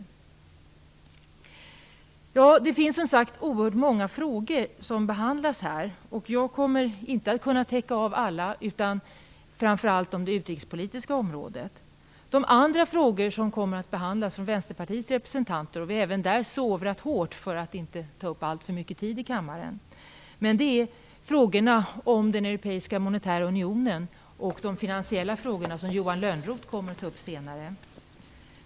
Det är, som sagt var, oerhört många frågor som behandlas här, och jag kommer inte att kunna täcka alla. Jag tar framför allt upp frågor på det utrikespolitiska området. De andra frågor som kommer att behandlas av Vänsterpartiets representanter - vi har även där sovrat hårt för att inte ta upp alltför mycket tid i kammaren - är frågorna om den ekonomiska och monetära unionen och de finansiella frågorna, som Johan Lönnroth kommer att ta upp senare.